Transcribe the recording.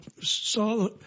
saw